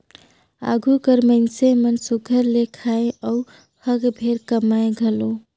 आघु कर मइनसे मन सुग्घर ले खाएं अउ हक भेर कमाएं घलो